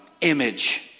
Image